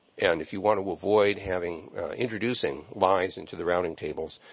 and if you want to avoid having introducing lies into the routing tables,